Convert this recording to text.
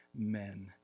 Amen